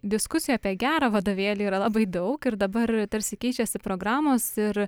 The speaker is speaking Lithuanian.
diskusijų apie gerą vadovėlį yra labai daug ir dabar tarsi keičiasi programos ir